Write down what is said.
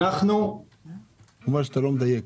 הוא אמר שאתה לא מדייק.